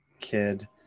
kid